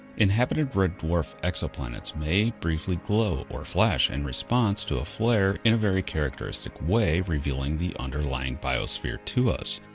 inhabited red dwarf exoplanets may briefly glow or flash in and response to a flare in a very characteristic way revealing the underlying biosphere to us.